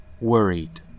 worried